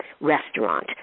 restaurant